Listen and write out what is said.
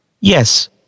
Yes